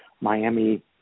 Miami